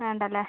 വേണ്ടല്ലേ